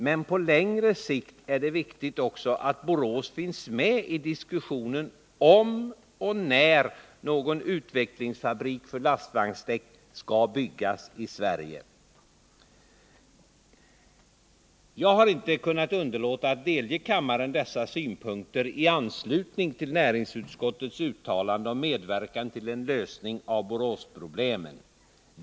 Men på längre sikt är det viktigt att Borås finns med i diskussionen — om och när någon utvecklingsfabrik för lastvagnsdäck skall byggas i Sverige. Jag har inte kunnat underlåta att delge kammaren dessa synpunkter i anslutning till näringsutskottets uttalande om medverkan till en lösning av Boråsproblemen.